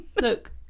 look